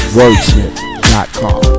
wordsmith.com